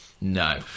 no